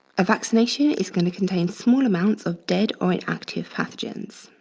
a vaccination is going to contain small amounts of dead or inactive pathogens.